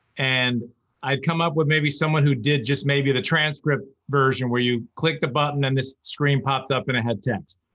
and i'd come up with maybe someone who did just maybe the transcript version where you clicked the button and this screen popped up and it had text.